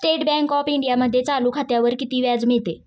State bank of इंडियामध्ये चालू खात्यावर किती व्याज मिळते?